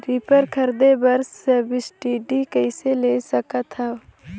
Reaper खरीदे बर subsidy कइसे ले सकथव?